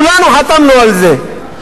כולנו חתמנו על זה.